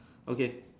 okay